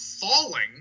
falling